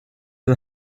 the